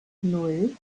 nan